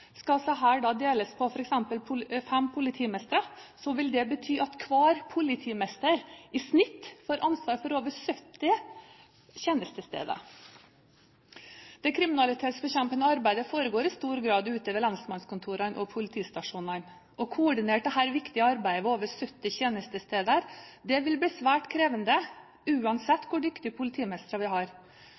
Skal disse deles på f.eks. fem politimestre, vil det bety at hver politimester i snitt får ansvar for over 70 tjenestesteder. Det kriminalitetsbekjempende arbeidet foregår i stor grad ute ved lensmannskontorene og politistasjonene. Å koordinere dette viktige arbeidet ved over 70 tjenestesteder vil bli svært krevende, uansett hvor dyktige politimestre vi har.